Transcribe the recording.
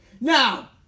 Now